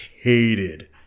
hated